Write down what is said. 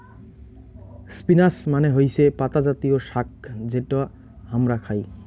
spinach মানে হৈসে পাতা জাতীয় শাক যেটা হামরা খাই